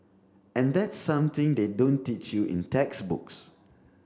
and that's something they don't teach you in textbooks